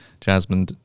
Jasmine